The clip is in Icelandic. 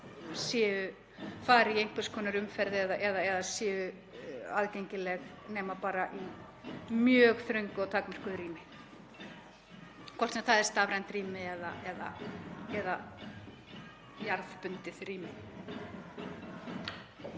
þau fari í einhvers konar umferð eða séu aðgengileg nema bara í mjög þröngu og takmörkuðu rými, hvort sem það er stafrænt rými eða jarðbundið rými.